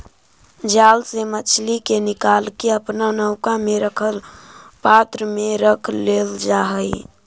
जाल से मछली के निकालके अपना नौका में रखल पात्र में रख लेल जा हई